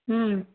हम्म